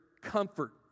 comfort